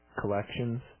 collections